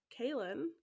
Kaylin